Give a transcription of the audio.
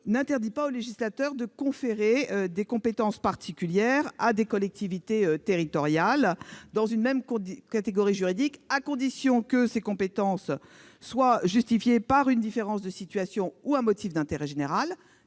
n'interdit pas au législateur de confier des compétences différentes à des collectivités territoriales appartenant à la même catégorie juridique, pourvu que ces différences soient justifiées par une différence de situation ou par un motif d'intérêt général-